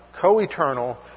co-eternal